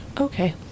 Okay